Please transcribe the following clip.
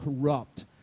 corrupt